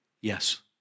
Yes